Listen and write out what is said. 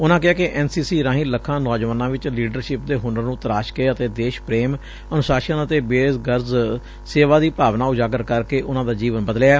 ਉਨਾਂ ਕਿਹਾ ਕਿ ਐਨ ਸੀ ਸੀ ਰਾਹੀਂ ਲੱਖਾਂ ਨੌਜੁਆਨਾਂ ਵਿਚ ਲੀਡਰਸ਼ਿਪ ਦੇ ਹੁਨਰ ਨੰ ਤਰਾਸ਼ ਕੇ ਅਤੇ ਦੇਸ਼ ਪ੍ਰੇਮ ਅਨੁਸਾਸ਼ਨ ਅਤੇ ਬੇਗਰਜ਼ ਸੇਵਾ ਦੀ ਭਾਵਨਾ ਉਜਾਗਰ ਕਰਕੇ ਉਨੂਾਂ ਦਾ ਜੀਵਨ ਬਦਲਿਐ